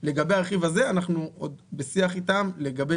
לגבי הרכיב הזה אנחנו עוד בשיח איתם לגבי